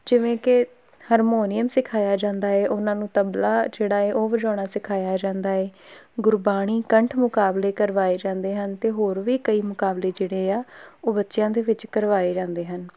ਜਿਵੇਂ ਕਿ ਹਰਮੋਨੀਅਮ ਸਿਖਾਇਆ ਜਾਂਦਾ ਹੈ ਉਹਨਾਂ ਨੂੰ ਤਬਲਾ ਜਿਹੜਾ ਹੈ ਉਹ ਵਜਾਉਣਾ ਸਿਖਾਇਆ ਜਾਂਦਾ ਹੈ ਗੁਰਬਾਣੀ ਕੰਠ ਮੁਕਾਬਲੇ ਕਰਵਾਏ ਜਾਂਦੇ ਹਨ ਅਤੇ ਹੋਰ ਵੀ ਕਈ ਮੁਕਾਬਲੇ ਜਿਹੜੇ ਆ ਉਹ ਬੱਚਿਆਂ ਦੇ ਵਿੱਚ ਕਰਵਾਏ ਜਾਂਦੇ ਹਨ